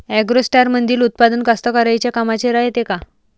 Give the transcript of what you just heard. ॲग्रोस्टारमंदील उत्पादन कास्तकाराइच्या कामाचे रायते का?